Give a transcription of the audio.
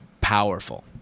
powerful